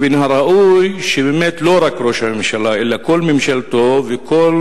מן הראוי שלא רק ראש הממשלה אלא כל ממשלתו וכל